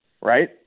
right